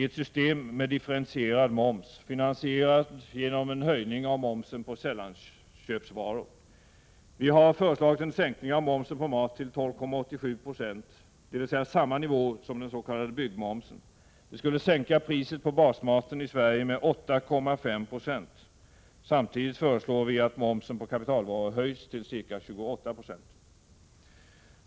E n genom en höjning av momsen på sällanköpsvaror. Vi har föreslagit en' sänkning av momsen på mat till 12,87 Jo, dvs. samma nivå som den s.k. byggmomsen. Det skulle sänka priset på basmaten i Sverige med 8,5 96. Samtidigt föreslår vi att momsen på kapitalvaror höjs till ca 28 90.